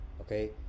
okay